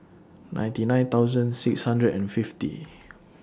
ninety nine thousand six hundred and fifty